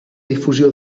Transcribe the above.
difusió